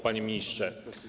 Panie Ministrze!